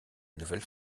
nouvelle